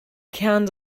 kern